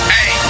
Hey